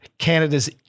Canada's